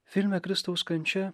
filme kristaus kančia